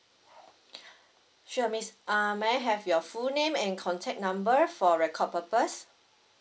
sure miss uh may I have your full name and contact number for record purpose